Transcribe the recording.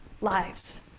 lives